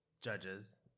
judges